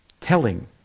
telling